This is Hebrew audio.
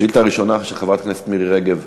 השאילתה הראשונה, של חברת הכנסת מירי רגב,